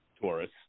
Taurus